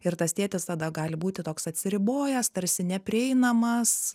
ir tas tėtis tada gali būti toks atsiribojęs tarsi neprieinamas